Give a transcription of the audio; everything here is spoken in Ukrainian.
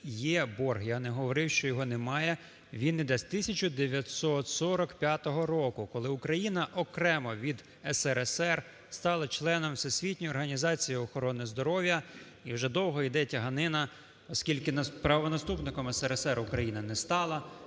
Є борг, я не говорив, що його немає. Він іде з 1945 року, коли Україна окремо від СРСР стала членом Всесвітньої організації охорони здоров'я. І вже довго іде тяганина, оскільки правонаступником СРСР Україна не стала,